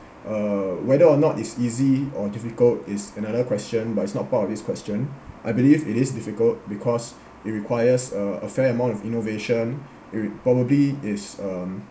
uh whether or not it's easy or difficult is another question but it's not part of this question I believe it is difficult because it requires uh a fair amount of innovation it probably is um